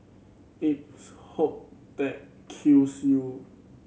it's hope that kills you